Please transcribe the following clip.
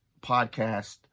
podcast